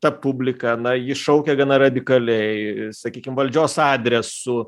ta publika na ji šaukia gana radikaliai sakykim valdžios adresu